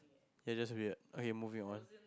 you are just weird okay move it on